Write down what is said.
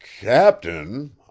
Captain